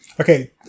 Okay